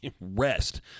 rest